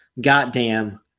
goddamn